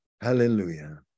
hallelujah